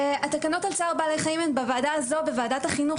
התקנות על צער בעלי חיים נמצאות בוועדה הזו לא בכדי,